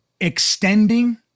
extending